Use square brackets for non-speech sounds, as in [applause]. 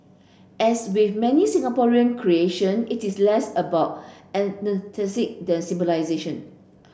as we many Singaporean creation it is less about [unintelligible] than [unintelligible]